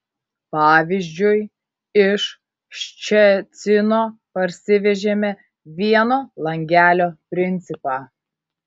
pavyzdžiui iš ščecino parsivežėme vieno langelio principą